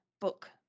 book